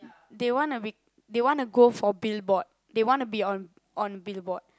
they wanna we they wanna go for billboard they wanna be on billboard